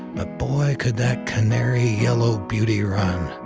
but boy could that canary yellow beauty run.